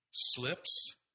slips